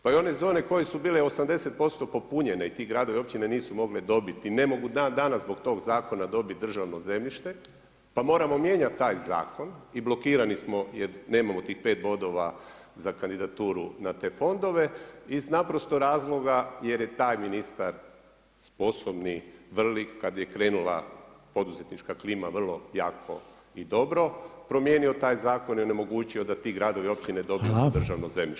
Pa i one zone koje su bile 80% popunjene i ti gradovi i općine nisu mogle dobiti i ne mogu dan danas zbog tog zakona dobiti državno zemljište pa moramo mijenjati taj zakon i blokirani smo jer nemamo tih 5 bodova za kandidaturu na te fondove iz naprosto razloga jer je taj ministar sposobni, vrli kada je krenula poduzetnička klima vrlo jako i dobro, promijenio taj zakon i onemogućio da ti gradovi i općine dobiju to državno zemljište.